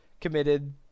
committed